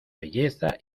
belleza